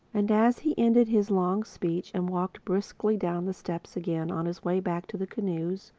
and as he ended his long speech and walked briskly down the steps again on his way back to the canoes,